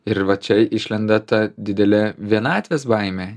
ir va čia išlenda ta didelė vienatvės baimė